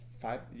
five